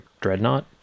Dreadnought